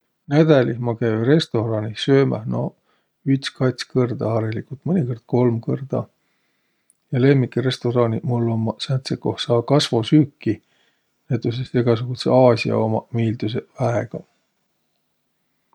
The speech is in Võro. Nädälih ma käü restoraanih söömäh, no üts-kats kõrda hariligult, mõnikõrd kolm kõrda. Ja lemmikrestoraaniq mul ommaq sääntseq, koh saa kasvosüüki. Näütüses egäsugudsõq Aasia umaq miildüseq väega.